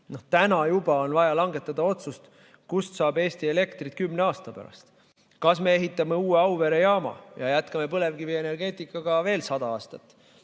täna juba on vaja langetada otsus, kust saab Eesti elektrit kümne aasta pärast. Kas me ehitame uue Auvere jaama ja jätkame põlevkivienergeetikaga veel 100 aastat